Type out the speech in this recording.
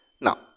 Now